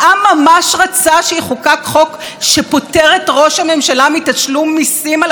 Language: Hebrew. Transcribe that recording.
ראש הממשלה מתשלום מיסים על הבריכה הפרטית במעון הפרטי שלו.